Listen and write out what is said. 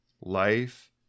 life